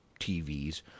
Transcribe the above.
TVs